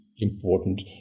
important